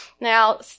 Now